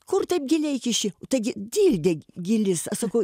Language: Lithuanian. kur taip giliai kiši taigi dildė gylis sakau